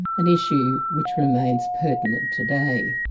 an issue which remains pertinent today.